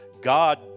God